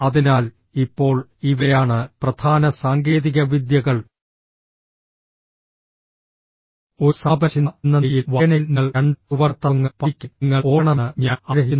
അതിനാൽ ഇപ്പോൾ ഇവയാണ് പ്രധാന സാങ്കേതികവിദ്യകൾ ഒരു സമാപന ചിന്ത എന്ന നിലയിൽ വായനയിൽ നിങ്ങൾ രണ്ട് സുവർണ്ണ തത്വങ്ങൾ പാലിക്കാൻ നിങ്ങൾ ഓർക്കണമെന്ന് ഞാൻ ആഗ്രഹിക്കുന്നു